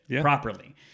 properly